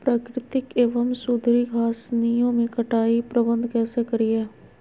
प्राकृतिक एवं सुधरी घासनियों में कटाई प्रबन्ध कैसे करीये?